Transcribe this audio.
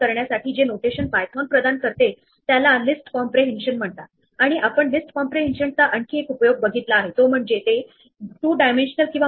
म्हणून आपण पाहिले की पायथन मध्ये सेट च्या लिस्ट चे बिल्ट इन इम्पलेमेंटेशन आहे तसेच आपण हे देखिल पाहिले की आपण सिक्वेन्सएस घेऊ शकतो आणि ते दोन स्ट्रक्चर वे ने वापरू शकतो